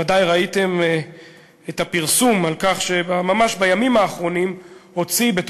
ודאי ראיתם את הפרסום שממש בימים האחרונים הוציא המשרד